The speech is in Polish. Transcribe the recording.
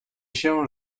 się